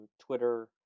Twitter